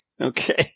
Okay